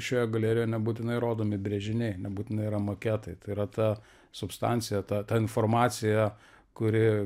šioje galerijoj nebūtinai rodomi brėžiniai nebūtinai yra maketai tai yra ta substancija ta ta informacija kuri